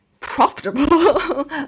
profitable